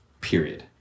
period